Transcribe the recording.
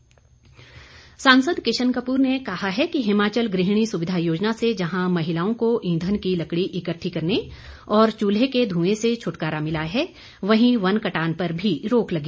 किशन कपूर सांसद किशन कपूर ने कहा है कि हिमाचल गृहिणी सुविधा योजना से जहां महिलाओं को ईंधन की लकड़ी इकटठी करने और चुल्हे के ध्एं से छटकारा मिला है वहीं वन कटान पर भी रोक लगी